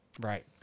Right